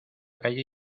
calle